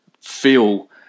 feel